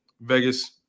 Vegas